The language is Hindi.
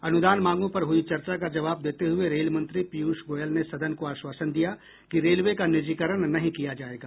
अनुदान मांगों पर हुई चर्चा का जवाब देते हुए रेलमंत्री पीयूष गोयल ने सदन को आश्वासन दिया कि रेलवे का निजीकरण नहीं किया जायेगा